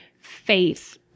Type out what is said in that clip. Faith